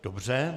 Dobře.